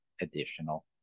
additional